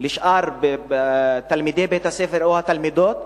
לשאר תלמידי בית-הספר או התלמידות,